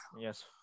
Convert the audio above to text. Yes